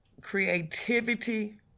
creativity